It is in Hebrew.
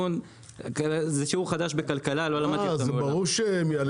זה שיעור חדש בכלכלה לא למדתי אותו מעולם.